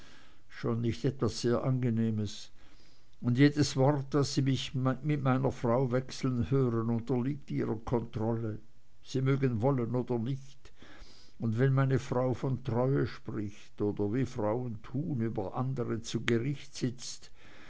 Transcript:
schon nicht etwas sehr angenehmes und jedes wort das sie mich mit meiner frau wechseln hören unterliegt ihrer kontrolle sie mögen wollen oder nicht und wenn meine frau von treue spricht oder wie frauen tun über eine andere zu gericht sitzt